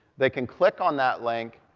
they can click on that link,